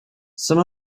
some